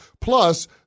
Plus